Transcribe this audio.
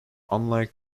unlike